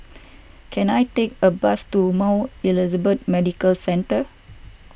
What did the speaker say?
can I take a bus to Mount Elizabeth Medical Centre